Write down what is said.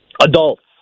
Adults